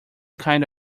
kind